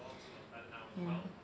ya